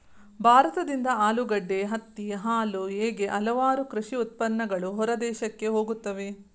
ಭಾರತದಿಂದ ಆಲೂಗಡ್ಡೆ, ಹತ್ತಿ, ಹಾಲು ಹೇಗೆ ಹಲವಾರು ಕೃಷಿ ಉತ್ಪನ್ನಗಳು ಹೊರದೇಶಕ್ಕೆ ಹೋಗುತ್ತವೆ